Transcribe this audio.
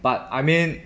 but I mean